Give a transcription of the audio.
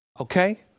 Okay